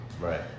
right